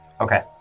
Okay